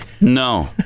No